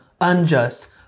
unjust